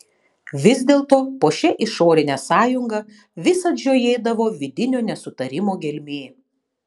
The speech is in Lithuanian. vis dėlto po šia išorine sąjunga visad žiojėdavo vidinio nesutarimo gelmė